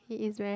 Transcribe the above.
he is very